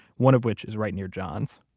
one of which is right near john's.